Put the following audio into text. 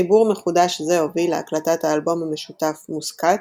חיבור מחודש זה הוביל להקלטת האלבום המשותף "מוסקט",